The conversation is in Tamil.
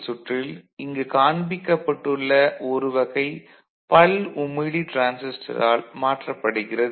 சுற்றில் இங்கு காண்பிக்கப்பட்டுள்ள ஒரு வகை பல்உமிழி டிரான்சிஸ்டரால் மாற்றப்படுகிறது